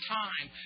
time